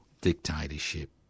dictatorship